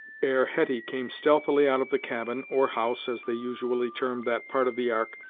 ere hetty came stealthily out of the cabin, or house, as they usually termed that part of the ark,